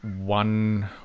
one